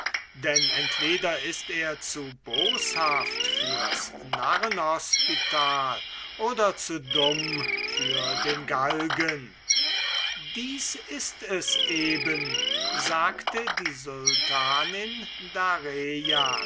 denn entweder ist er zu boshaft fürs narrenspital oder zu dumm für den galgen dies ist es eben sagte die sultanin darejan